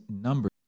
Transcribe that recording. number